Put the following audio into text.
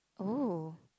oh